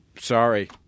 sorry